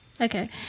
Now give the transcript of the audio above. Okay